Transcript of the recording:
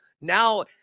now